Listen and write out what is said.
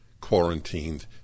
quarantined